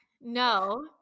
No